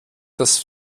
das